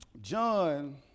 John